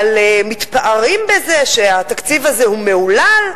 מתפארים בזה שהתקציב הזה הוא מהולל.